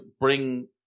bring